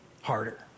harder